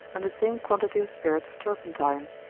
and the same quantity of spirits of turpentine.